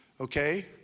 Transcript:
Okay